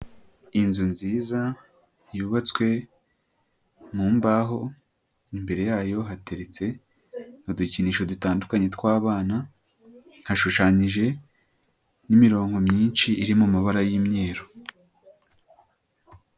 Inzu nziza yubatswe mu mbaho imbere yayo hateretse udukinisho dutandukanye tw'abana hashushanyije n'imirongo myinshi iri mu mabara y'imyeru.